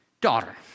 Daughter